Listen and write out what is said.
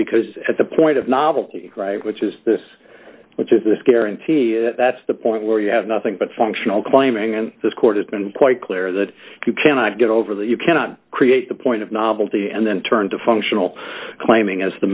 because at the point of novelty which is this which is this guaranteed that's the point where you have nothing but functional claiming and this court has been quite clear that you cannot get over that you cannot create the point of novelty and then turn to functional claiming as the